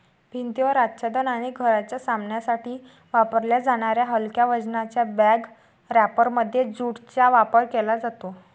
भिंतीवर आच्छादन आणि घराच्या सामानासाठी वापरल्या जाणाऱ्या हलक्या वजनाच्या बॅग रॅपरमध्ये ज्यूटचा वापर केला जातो